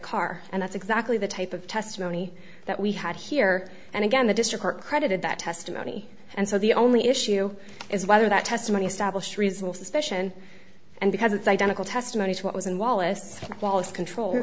car and that's exactly the type of testimony that we had here and again the district are credited that testimony and so the only issue is whether that testimony establish reasonable suspicion and because it's identical testimony to what was in wallace wallace control